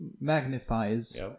magnifies